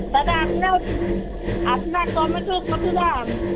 দাদা আপনার আপনার টমেটো কত দাম